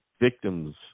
victims